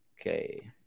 Okay